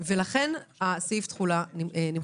ולכן סעיף התחולה נמחק.